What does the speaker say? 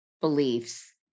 beliefs